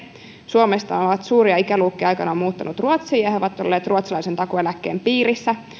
suomesta on suuria ikäluokkia aikanaan muuttanut ruotsiin ja he ovat olleet ruotsalaisen takuueläkkeen piirissä